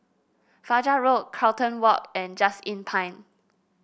Fajar Road Carlton Walk and Just Inn Pine